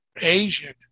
Asian